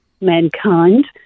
mankind